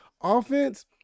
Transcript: Offense